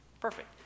perfect